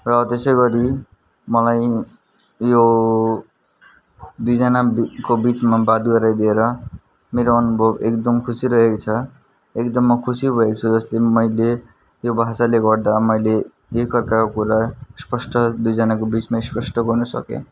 र त्यसै गरी मलाई यो दुइजनाको बिचमा बात गराइदिएर मेरो अनुभव एकदम खुसी रहेको छ एकदम म खुसी भएको छु जसले मैले यो भाषाले गर्दा मैले एक अर्काको कुरा स्पष्ट दुइजनाको बिचमा स्पष्ट गर्न सकेँ